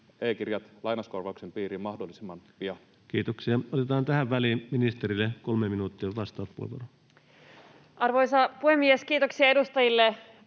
e-kirjat lai- nauskorvauksen piiriin mahdollisimman pian? Kiitoksia. — Otetaan tähän väliin ministerille 3 minuuttia, vastauspuheenvuoro. Arvoisa puhemies! Kiitoksia edustajille